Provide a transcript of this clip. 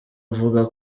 avuga